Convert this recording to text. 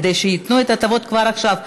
כדי שייתנו את ההטבות כבר עכשיו,